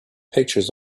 pictures